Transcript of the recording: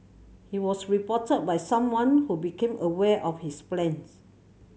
he was reported by someone who became aware of his plans